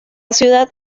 ciudad